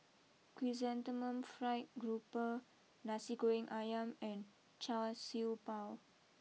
Chrysanthemum Fried grouper Nasi Goreng Ayam and Char Siew Bao